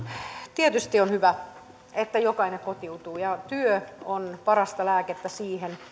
tietysti on hyvä että jokainen kotiutuu työ on parasta lääkettä siihen